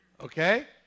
okay